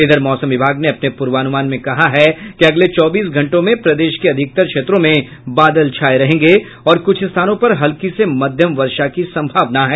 इधर मौसम विभाग ने अपने पूर्वानुमान में कहा है कि अगले चौबीस घंटों में प्रदेश के अधिकतर क्षेत्रों में बादल छाये रहेंगे और कुछ स्थानों पर हल्की से मध्यम वर्षा की सम्भावना है